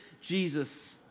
Jesus